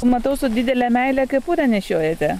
matau su didele meile kepurę nešiojate